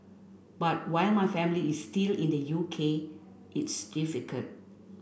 but while my family is still in the U K it's difficult